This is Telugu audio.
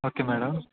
okay madam